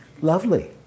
lovely